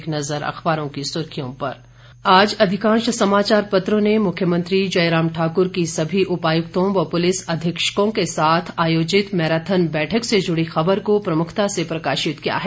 एक नजर अखबारों की सुर्खियों पर आज अधिकांश समाचार पत्रों ने मुख्यमंत्री जयराम ठाक्र की सभी उपायुक्तों व पुलिस अधीक्षकों के साथ आयोजित मैराथन बैठक से जुड़ी खबर को प्रमुखता से प्रकाशित किया है